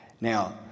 Now